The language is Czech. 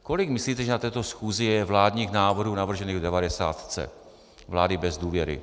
Kolik myslíte, že na této schůzi je vládních návrhů navržených v devadesátce, vlády bez důvěry?